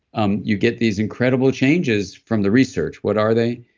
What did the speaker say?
um you get these incredible changes from the research what are they?